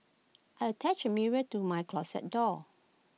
I attached A mirror to my closet door